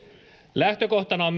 lähtökohtana on